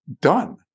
Done